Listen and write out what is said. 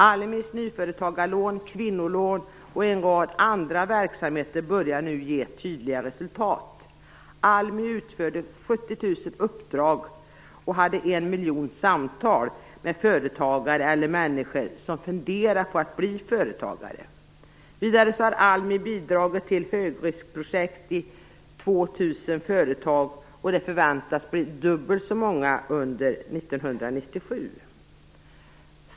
ALMI:s nyföretagarlån, kvinnolån och en rad andra verksamheter börjar nu ge tydliga resultat. ALMI utförde 70 000 uppdrag, hade en miljon telefonsamtal med företagare eller människor som funderar på att bli företagare. Vidare har ALMI bidragit till högriskprojekt i 2 000 företag, och det förväntas att bli dubbelt så många under 1997.